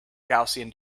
gaussian